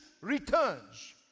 returns